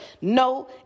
No